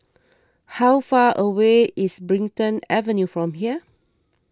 how far away is Brighton Avenue from here